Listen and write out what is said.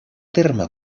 terme